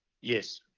Yes